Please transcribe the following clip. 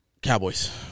Cowboys